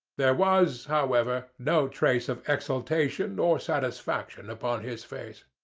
there was, however, no trace of exultation or satisfaction upon his face.